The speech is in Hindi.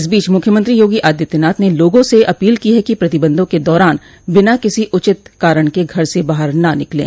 इस बीच मुख्यमंत्री योगी आदित्यनाथ ने लोगों से अपील की है कि प्रतिबंधों के दौरान बिना किसी उचित कारण के घर से बाहर न निकलें